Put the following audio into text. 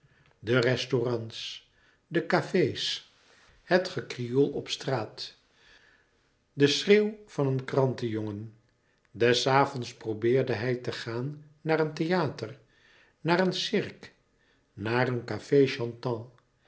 de restaurants de cafés het gekrioel op straat de schreeuw van een courantenjongen des avonds probeerde hij te gaan naar een theater naar een cirque naar een